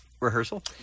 rehearsal